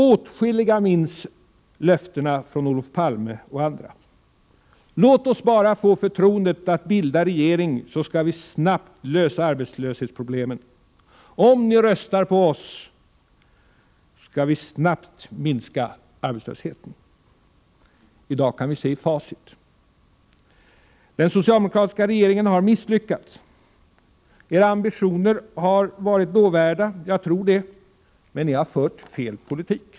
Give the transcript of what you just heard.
Åtskilliga minns löftena från Olof Palme och andra: Låt oss bara få förtroendet att bilda regering, så skall vi snabbt lösa arbetslöshetsproblemen! Om ni röstar på oss, skall vi snabbt minska arbetslösheten. I dag kan vi se i facit och konstatera att den socialdemokratiska regeringen har misslyckats. Era ambitioner har varit lovvärda — jag tror det — men ni har fört fel politik.